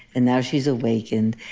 and now she's awakened,